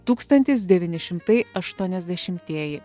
tūkstantis devyni šimtai aštuoniasdešimtieji